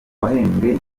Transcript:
wahembwe